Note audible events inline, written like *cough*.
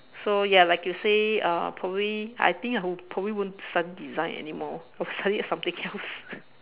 so ya like you say uh probably I think I probably won't study design anymore I would study *laughs* something else *laughs*